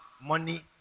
money